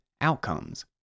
outcomes